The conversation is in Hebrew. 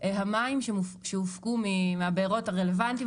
המים שהופקו מהבארות הרלוונטיים,